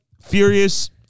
Furious